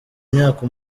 imyaka